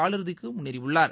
காலிறுதிக்கு முன்னேறியுள்ளார்